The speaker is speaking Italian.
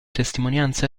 testimonianze